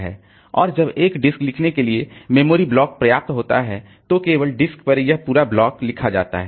और जब एक डिस्क लिखने के लिए मेमोरी ब्लॉक पर्याप्त होता है तो केवल डिस्क पर यह पूरा ब्लॉक लिखा जाता है